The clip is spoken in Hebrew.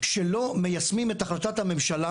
שלא מיישמים את החלטת הממשלה?